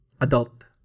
adult